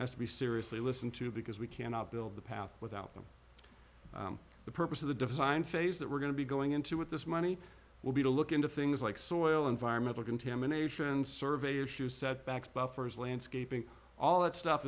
has to be seriously listened to because we cannot build the path without them the purpose of the design phase that we're going to be going into with this money will be to look into things like soil environmental contamination survey issues setbacks buffers landscaping all that stuff